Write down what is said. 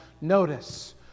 notice